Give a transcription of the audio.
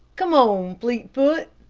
come on, fleetfoot,